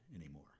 anymore